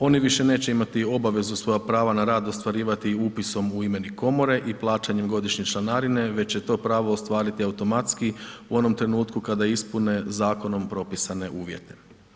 Oni više neće imati obavezu svoja prava na rad ostvarivati upisom u imenik komore i plaćanjem godišnje članarine već će to pravo ostvariti automatski u onom trenutku kada ispune zakonom propisane uvjete.